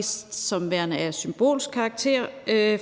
som værende af symbolsk karakter.